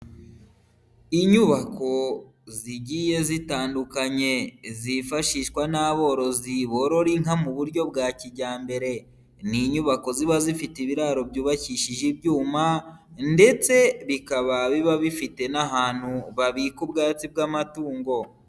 Inyubako zigiye zitandukanye zifashishwa n'aborozi borora inka mu buryo bwa kijyambere, ni inyubako ziba zifite ibiraro byubakishije ibyuma ndetse bikaba biba bifite n'ahantu babika ubwatsi bw'amatungo.